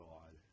God